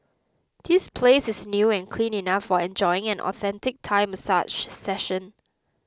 these place is new and clean enough for enjoying an authentic Thai massage session